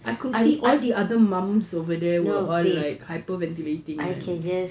I could see all the other mums over there were all like hyperventilating man